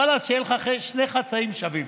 ואללה, אז שיהיו לך שני חצאים שווים.